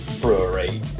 brewery